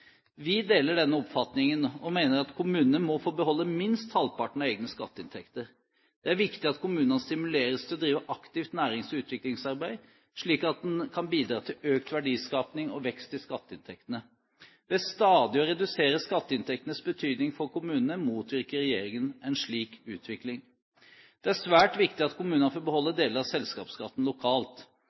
Vi deler denne oppfatningen og mener at kommunene må få beholde minst halvparten av egne skatteinntekter. Det er viktig at kommunene stimuleres til å drive aktivt nærings- og utviklingsarbeid, slik at en kan bidra til økt verdiskaping og vekst i skatteinntektene. Ved stadig å redusere skatteinntektenes betydning for kommunene motvirker regjeringen en slik utvikling. Det er svært viktig at kommunene får beholde deler av selskapsskatten lokalt.